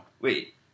Wait